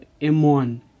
M1